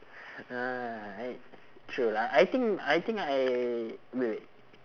uh I true lah I think I think I wait wait